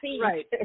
Right